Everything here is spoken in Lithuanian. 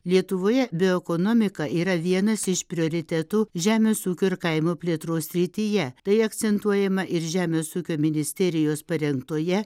lietuvoje bioekonomika yra vienas iš prioritetų žemės ūkio ir kaimo plėtros srityje tai akcentuojama ir žemės ūkio ministerijos parengtoje